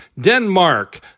Denmark